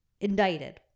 Indicted